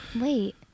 wait